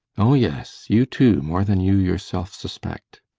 oh, yes you too, more than you yourself suspect.